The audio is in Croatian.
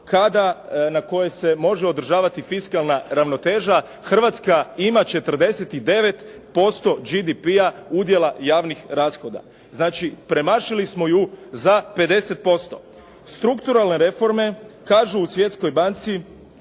na kojoj se može održavati fiskalna ravnoteža. Hrvatska ima 49% GDP-a udjela javnih rashoda, znači premašili smo ju za 50%. Strukturalne reforme, kažu u Svjetskoj banci,